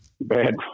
bad